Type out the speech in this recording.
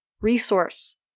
resource